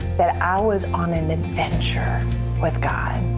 that i was on an adventure with god.